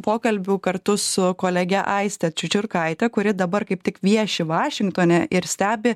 pokalbiu kartu su kolege aiste čiučiurkaite kuri dabar kaip tik vieši vašingtone ir stebi